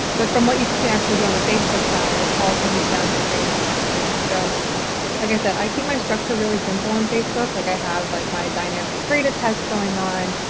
but from what you can actually do on the facebook side, it all comes down to creative testing. so like i said i keep my structure really simple on facebook like i have like my dynamic creative tests going on.